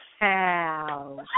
Wow